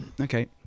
Okay